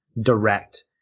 direct